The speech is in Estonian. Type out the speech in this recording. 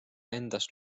endast